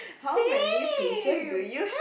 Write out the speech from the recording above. same